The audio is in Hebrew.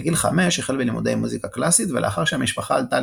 בגיל חמש החל בלימודי מוזיקה קלאסית ולאחר שהמשפחה עלתה